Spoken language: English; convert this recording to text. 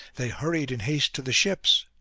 they hurried in haste to the ships.